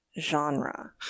genre